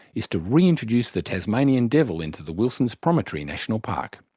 is to re-introduce the tasmanian devil into the wilson's promontory national park.